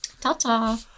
Ta-ta